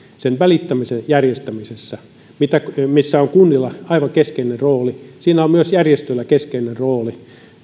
sen välittämisen järjestämisessä missä on kunnilla aivan keskeinen rooli siinä on myös järjestöillä keskeinen rooli